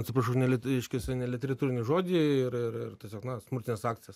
atsiprašau už neliet reiškias neliteratūrinį žodį ir ir ir tiesiog na smurtines akcijas